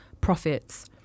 profits